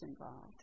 involved